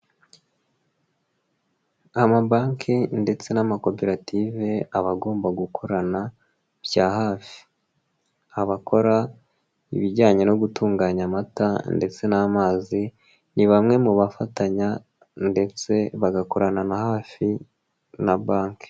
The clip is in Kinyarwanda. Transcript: Amabanki ndetse n'amakoperative aba agomba gukorana bya hafi, aba akora ibijyanye no gutunganya amata ndetse n'amazi ni bamwe mu bafatanya ndetse bagakorana na hafi na banki.